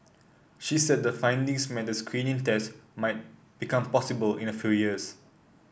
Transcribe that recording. she said the findings meant a screening test might become possible in a few years